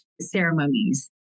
ceremonies